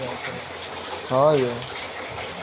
चमेली के फूल सं तेल आ इत्र के निर्माण कैल जाइ छै